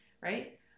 right